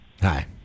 Hi